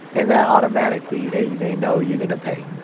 and that automatically they they know you're going to pay.